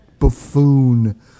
buffoon